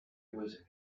was